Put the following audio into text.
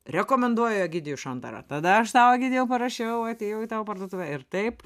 rekomenduoja egidijų šantarą tada aš tau egidijau parašiau atėjau į tavo parduotuvę ir taip